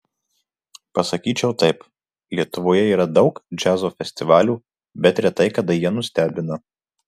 pasakyčiau taip lietuvoje yra daug džiazo festivalių bet retai kada jie nustebina